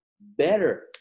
better